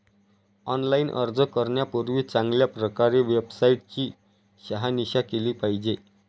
online अर्ज करण्यापूर्वी चांगल्या प्रकारे वेबसाईट ची शहानिशा केली पाहिजे